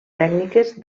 tècniques